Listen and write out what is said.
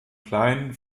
klein